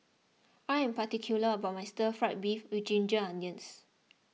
I am particular about my Stir Fry Beef with Ginger Onions